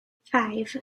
five